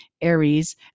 Aries